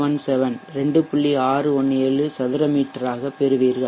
617 சதுரமீட்டர் ஆக பெறுவீர்கள்